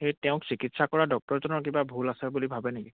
সেই তেওঁক চিকিৎসা কৰা ডক্টৰজনৰ কিবা ভুল আছে বুলি ভাবে নেকি